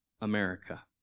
America